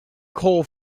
coal